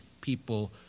people